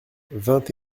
vingt